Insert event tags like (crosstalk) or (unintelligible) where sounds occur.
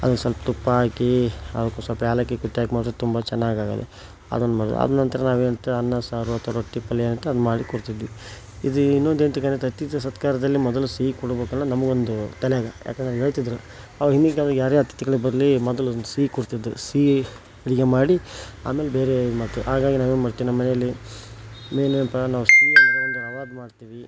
ಅದಕ್ಕೆ ಸ್ವಲ್ಪ ತುಪ್ಪ ಹಾಕಿ ಅದಕ್ಕೆ ಸ್ವಲ್ಪ ಏಲಕ್ಕಿ ಕುಟ್ಟಿ ಹಾಕ್ ಮಾಡಿದರೆ ತುಂಬ ಚೆನ್ನಾಗಾಗೋದು ಅದನ್ನು ಮಾಡಿದೆವು ಅದ ನಂತ್ರ ನಾವೆನಂತೀವಿ ಅನ್ನ ಸಾರು ಅಥವಾ ರೊಟ್ಟಿ ಪಲ್ಯ ಅದನ್ನು ಮಾಡಿ ಕೊಡ್ತಿದ್ವಿ ಇದು ಇನ್ನೊಂದು ಎಂತ (unintelligible) ಅತಿಥಿ ಸತ್ಕಾರದಲ್ಲಿ ಮೊದಲು ಸಿಹಿ ಕೊಡ್ಬೇಕು ಅನ್ನೋದು ನಮಗೊಂದು ತಲೆಯಾಗ ಯಾಕಂದರೆ ಹೇಳ್ತಿದ್ರು ಆವಾಗ ಹಿಂದಿನ ಕಾಲದಾಗ ಯಾರೇ ಅತಿಥಿಗಳು ಬರಲಿ ಮೊದಲೊಂದು ಸಿಹಿ ಕೊಡ್ತಿದ್ದರು ಸಿಹಿ ಅಡುಗೆ ಮಾಡಿ ಆಮೇಲೆ ಬೇರೆ ಇದು ಮಾಡ್ತಿದ್ದರು ಹಾಗಾಗ್ ನಾವು ಏನು ಮಾಡ್ತೀವಿ ನಮ್ಮ ಮನೆಲ್ಲಿ ಏನಪ್ಪ ನಾವು ಸಿಹಿ ಅಂದ್ರೆ ರವಾದು ಮಾಡ್ತೀವಿ